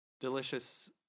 delicious